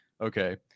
Okay